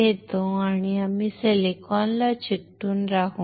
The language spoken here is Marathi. घेतो आणि आम्ही सिलिकॉनला चिकटून राहू